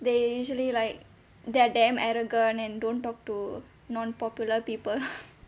they usually like they're damn arrogant and don't talk to non popular people